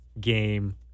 game